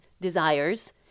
desires